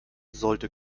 sollte